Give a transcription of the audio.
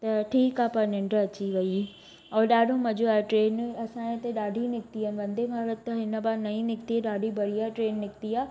त ठीकु आहे पर निंड अची वई ओर ॾाढो मज़ो आयो ट्रेनूं असांजे हिते ॾाढी निकितियूं आहिनि वन्दे भारत त हिन बार नई निकिती ॾाढी बढ़िया ट्रेन निकिती आहे